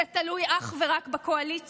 זה תלוי אך ורק בקואליציה.